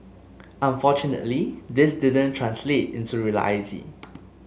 unfortunately this didn't translate into reality